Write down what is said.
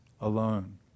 alone